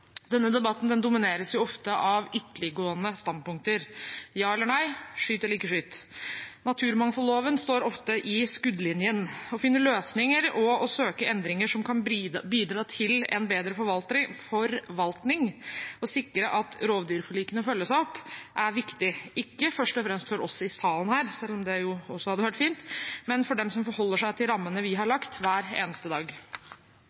Denne debatten domineres ofte av ytterliggående standpunkter – ja eller nei, skyt eller ikke skyt. Naturmangfoldloven står ofte i skuddlinjen. Å finne løsninger og å søke endringer som kan bidra til en bedre forvaltning og sikre at rovdyrforlikene følges opp, er viktig, ikke først og fremst for oss her i salen – selv om det også hadde vært fint – men for dem som forholder seg til rammene vi har lagt, hver eneste dag.